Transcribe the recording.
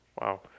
wow